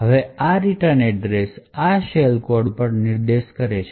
હવે આ return address આ શેલ કોડ પર નિર્દેશ કરે છે